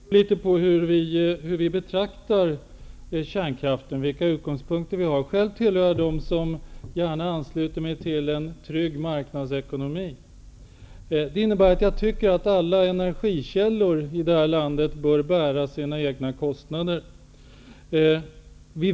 Herr talman! Det här beror litet på vilka utgångspunkter vi har när vi betraktar kärnkraften. Själv tillhör jag dem som gärna ansluter sig till en trygg marknadsekonomi. Det innebär att jag tycker att alla energikällor i landet skall bära sina egna kostnader.